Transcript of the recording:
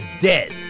dead